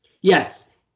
yes